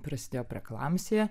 prasidėjo preklamsija